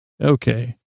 Okay